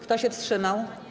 Kto się wstrzymał?